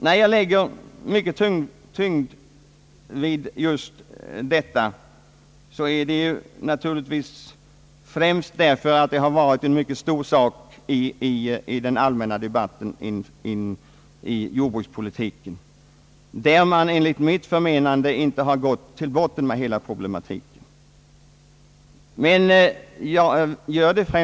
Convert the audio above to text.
När jag lägger stor vikt vid detta förhållande beror det naturligtvis främst på att detta har varit en mycket stor sak i den allmänna debatten kring jordbrukspolitiken, där man enligt mitt förmenande inte har gått till botten med hela problematiken och gjort stora överdrifter.